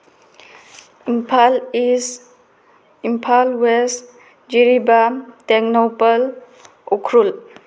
Imphal East Imphal West ꯖꯤꯔꯤꯕꯥꯝ ꯇꯦꯡꯅꯧꯄꯜ ꯎꯈ꯭ꯔꯨꯜ